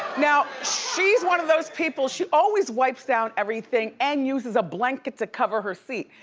now she's one of those people, she always wipes down everything and uses a blanket to cover her seat.